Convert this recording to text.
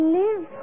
live